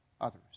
others